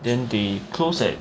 then they close at